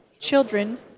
children